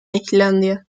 islandia